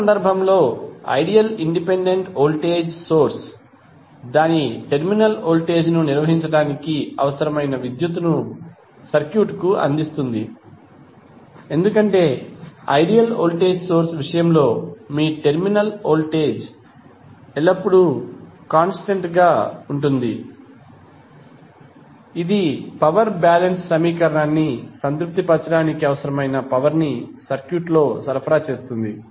ఈ సందర్భంలో ideal independent voltage source దాని టెర్మినల్ వోల్టేజ్ను నిర్వహించడానికి అవసరమైన విద్యుత్తును సర్క్యూట్ కు అందిస్తుంది ఎందుకంటే ఐడియల్ వోల్టేజ్ సోర్స్ విషయంలో మీ టెర్మినల్ వోల్టేజ్ ఎల్లప్పుడూ కాన్స్టెంట్ గా ఉంటుంది మరియు ఇది పవర్ బ్యాలెన్స్ సమీకరణాన్ని సంతృప్తి పరచడానికి అవసరమైన పవర్ ని సర్క్యూట్లో సరఫరా చేస్తుంది